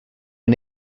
are